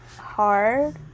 hard